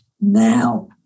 now